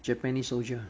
japanese soldier